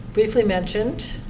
briefly mentioned,